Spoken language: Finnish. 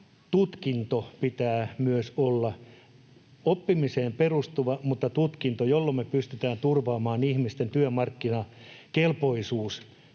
tutkinnon pitää myös olla oppimiseen perustuva, ja tutkinnolla me pystytään turvaamaan ihmisten työmarkkinakelpoisuus